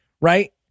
right